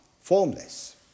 formless